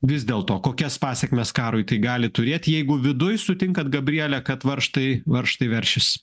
vis dėl to kokias pasekmes karui tai gali turėti jeigu viduj sutinkate gabrielę kad varžtai varžtai veršis